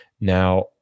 Now